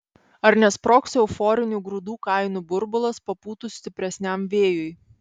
ar nesprogs euforinių grūdų kainų burbulas papūtus stipresniam vėjui